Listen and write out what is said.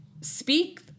speak